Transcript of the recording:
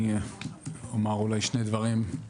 אני אומר שני דברים.